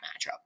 matchup